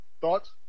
Thoughts